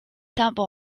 timbre